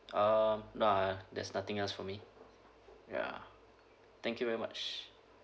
um no ah there's nothing else for me ya thank you very much